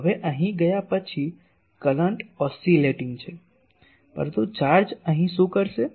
હવે અહીં ગયા પછી કરંટ ઓસિલેટીંગ છે પરંતુ ચાર્જ અહીં શું કરશે